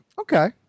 Okay